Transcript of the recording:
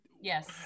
yes